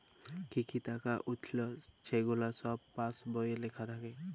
কি কি টাকা উইঠল ছেগুলা ছব পাস্ বইলে লিখ্যা থ্যাকে